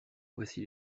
voici